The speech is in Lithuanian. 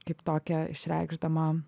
kaip tokią išreikšdama